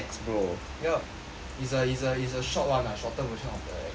yup it's a it's a it's a short [one] ah shorter version of the axe